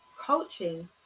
Coaching